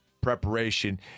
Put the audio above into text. preparation